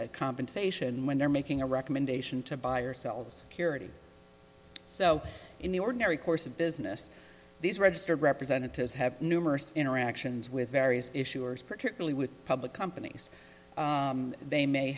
based compensation when they're making a recommendation to buy or sells curity so in the ordinary course of business these registered representatives have numerous interactions with various issuers particularly with public companies they may